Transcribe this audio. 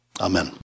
Amen